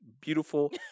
beautiful